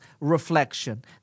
reflection